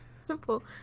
Simple